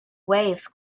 waves